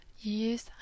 use